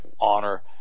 honor